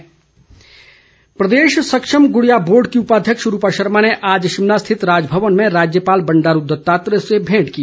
मेंट प्रदेश सक्षम गुड़िया बोर्ड की उपाध्यक्ष रूपा शर्मा ने आज शिमला स्थित राजभवन में राज्यपाल बंडारू दत्तात्रेय से भेंट की